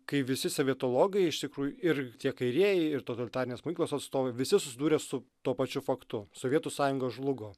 kai visi sovietologai iš tikrųjų ir tie kairieji ir totalitarinės mokyklos atstovai visi susidūrė su tuo pačiu faktu sovietų sąjunga žlugo